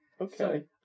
Okay